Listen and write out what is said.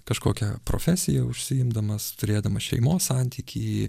kažkokią profesiją užsiimdamas turėdamas šeimos santykį